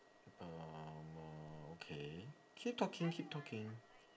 uh uh okay keep talking keep talking